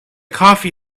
coffee